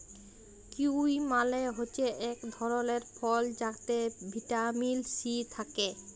kiwi মালে হছে ইক ধরলের ফল যাতে ভিটামিল সি থ্যাকে